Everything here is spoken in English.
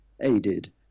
aided